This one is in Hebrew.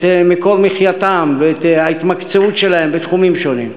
מקור מחייתם ואת ההתמקצעות שלהם בתחומים שונים.